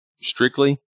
strictly